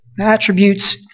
attributes